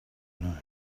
know